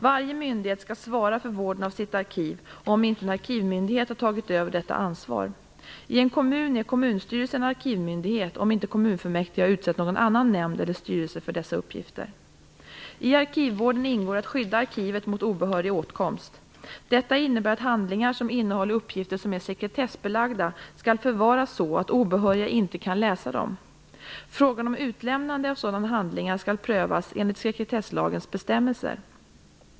Varje myndighet skall svara för vården av sitt arkiv om inte en arkivmyndighet har tagit över detta ansvar. I en kommun är kommunstyrelsen arkivmyndighet om inte kommunfullmäktige har utsett någon nämnd eller styrelse för dessa uppgifter. I arkivvården ingår att skydda arkivet mot obehörig åtkomst. Detta innebär att handlingar som innehåller uppgifter som är sekretessbelagda skall förvaras så att obehöriga inte kan läsa dem. Frågan om utlämnande av sådana handlingar skall prövas enligt sekretesslagens bestämmelser.